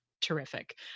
terrific